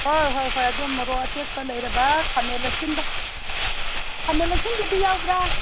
ꯍꯣꯏ ꯍꯣꯏ ꯑꯗꯨ ꯃꯣꯔꯣꯛ ꯑꯇꯦꯛꯄ ꯂꯩꯔꯕ ꯈꯥꯃꯦꯟ ꯑꯁꯤꯟꯕ ꯈꯥꯃꯦꯟ ꯑꯁꯤꯟꯕꯗꯤ ꯌꯥꯎꯕ꯭ꯔꯥ